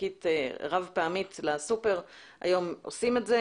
שקית רב פעמית לסופר היום עושים את זה.